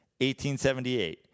1878